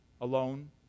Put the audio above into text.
alone